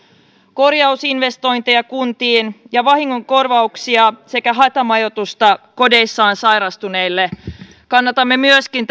korjausinvestointeja kuntiin ja vahingonkorvauksia sekä hätämajoitusta kodeissaan sairastuneille kannatamme myöskin